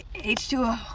h two o.